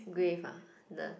grave ah the